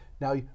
now